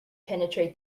penetrate